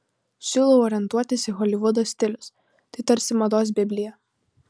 siūlau orientuotis į holivudo stilius tai tarsi mados biblija